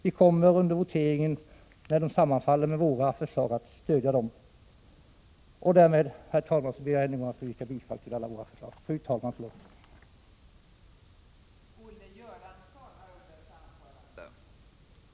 Vi kommer under voteringen att stödja de förslagen när de sammanfaller med våra förslag. Därmed, fru talman, ber jag att än en gång få yrka bifall till alla våra förslag inkl. vårt särskilda yrkande under p. 22 i anslutning till motion 1986/87:Fö136 yrkande 3 d av Lars Werner m.fl.: